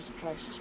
Christ